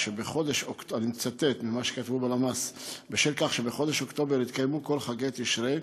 אני מצטט ממה שכתבו בלמ"ס: "בשל כך שבחודש אוקטובר התקיימו כל חגי תשרי,